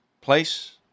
place